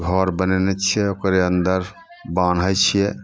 घर बनयने छियै ओकरे अन्दर बान्है छियै